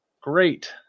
Great